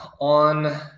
on